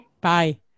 Bye